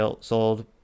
sold